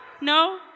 No